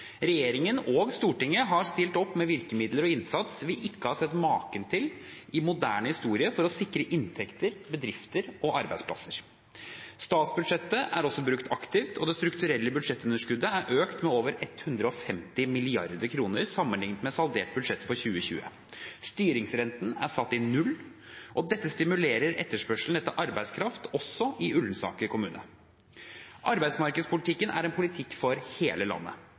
stilt opp med virkemidler og innsats vi ikke har sett maken til i moderne historie, for å sikre inntekter, bedrifter og arbeidsplasser. Statsbudsjettet er også brukt aktivt. Det strukturelle budsjettunderskuddet er økt med over 150 mrd. kr sammenlignet med saldert budsjett for 2020. Styringsrenten er satt til null. Dette stimulerer etterspørselen etter arbeidskraft, også i Ullensaker kommune. Arbeidsmarkedspolitikken er en politikk for hele landet.